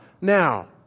now